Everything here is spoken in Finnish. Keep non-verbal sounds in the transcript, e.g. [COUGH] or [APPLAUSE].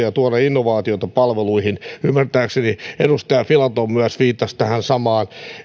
[UNINTELLIGIBLE] ja tuoda innovaatioita palveluihin ymmärtääkseni edustaja filatov myös viittasi tähän samaan